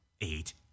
Eight